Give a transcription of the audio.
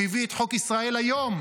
הוא הביא את חוק ישראל היום.